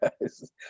guys